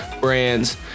brands